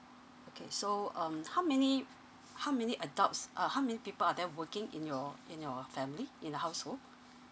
okay so um how many how many adults uh how many people are there working in your in your family in the household